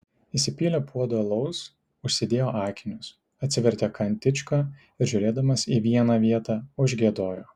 įsipylė puodą alaus užsidėjo akinius atsivertė kantičką ir žiūrėdamas į vieną vietą užgiedojo